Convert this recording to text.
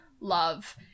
love